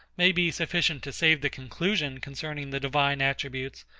may be sufficient to save the conclusion concerning the divine attributes,